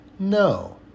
No